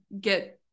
get